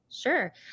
Sure